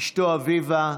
אשתו אביבה,